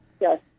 Yes